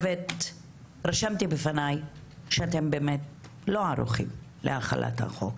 רשמתי בפניי שאתם לא ערוכים להחלת החוק,